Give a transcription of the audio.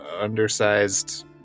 undersized